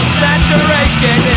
saturation